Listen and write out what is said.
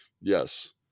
Yes